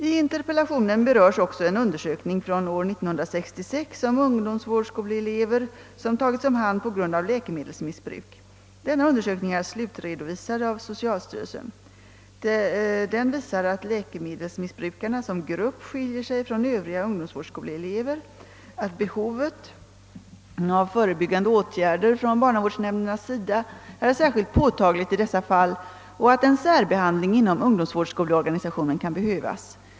I interpellationen berörs också en undersökning från år 1966 om ungdomsvårdsskoleelever som tagits om hand på grund av läkemedelsmissbruk. Denna undersökning är slutredovisad av socialstyrelsen. Den visar att läkemedelsmissbrukarna som grupp skiljer sig från övriga ungdomsvårdsskoleelever, att behovet av förebyggande åtgärder från barnavårdsnämndernas sida är särskilt påtagligt i dessa fall och att en särbehandling inom ungdomsvårdsskoleorganisationen kan behövas.